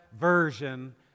version